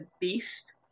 beast